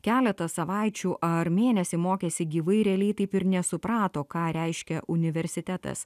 keletą savaičių ar mėnesį mokėsi gyvai realiai taip ir nesuprato ką reiškia universitetas